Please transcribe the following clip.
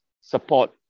support